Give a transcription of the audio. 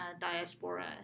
diaspora